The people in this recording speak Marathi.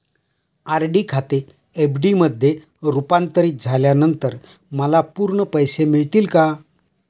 आर.डी खाते एफ.डी मध्ये रुपांतरित झाल्यानंतर मला पूर्ण पैसे मिळतील का?